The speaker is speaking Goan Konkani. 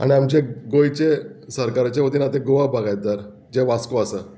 आनी आमचे गोंयचे सरकाराचे वतीन आतां गोवा बागायदार जें वास्को आसा